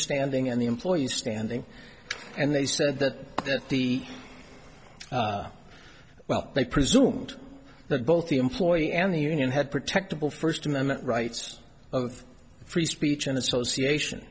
standing and the employees standing and they said that the well they presumed that both the employee and the union had protectable first amendment rights of free speech and association